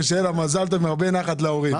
שיהיה לה מזל טוב והרבה נחת להורים.